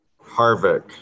Harvick